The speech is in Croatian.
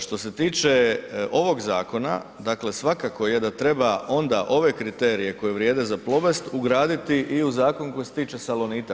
Što se tiče ovog zakona, dakle svakako je da treba onda ove kriterije koji vrijede za Plobest ugraditi i za zakon koji se tiče salonita.